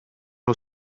nhw